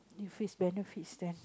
if its benefits them